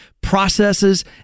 Processes